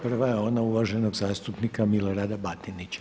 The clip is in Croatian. Prva je ona uvaženog zastupnika Milorada Batinića.